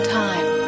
time